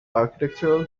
architectural